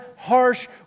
harsh